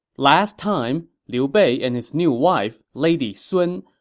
last time, liu bei and his new wife, lady sun,